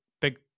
big